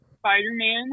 Spider-Man